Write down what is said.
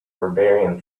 barbarian